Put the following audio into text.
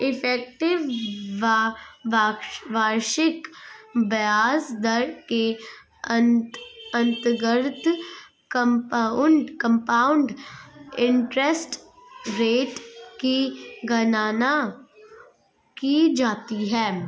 effective वार्षिक ब्याज दर के अंतर्गत कंपाउंड इंटरेस्ट रेट की गणना की जाती है